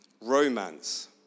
romance